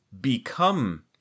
become